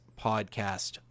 podcast